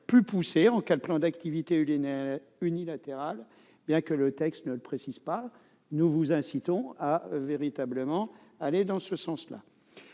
plus poussé en cas de plan d'activité unilatérale. Bien que le texte ne le précise pas, nous vous incitons à aller dans ce sens,